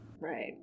Right